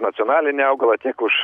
nacionalinį augalą tiek už